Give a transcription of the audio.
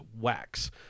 Wax